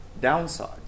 downsides